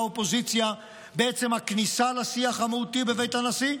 האופוזיציה בעצם הכניסה לשיח המהותי בבית הנשיא.